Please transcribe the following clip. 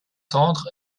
tendre